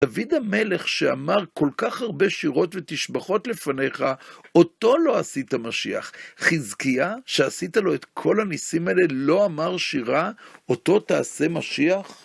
דוד המלך שאמר כל כך הרבה שירות ותשבחות לפניך, אותו לא עשית משיח. חזקיה, שעשית לו את כל הניסים האלה, לא אמר שירה, אותו תעשה משיח?